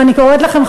ואני קוראת לכם,